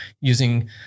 using